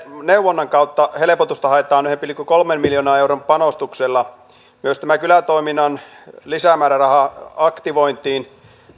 neuvonnan kautta helpotusta haetaan yhden pilkku kolmen miljoonan euron panostuksella myös tämä kylätoiminnan lisämääräraha aktivointiin